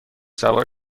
سوار